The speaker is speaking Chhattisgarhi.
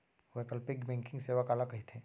वैकल्पिक बैंकिंग सेवा काला कहिथे?